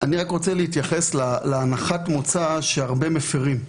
אני רוצה להתייחס להנחת המוצא שהרבה מפרים.